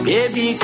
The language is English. Baby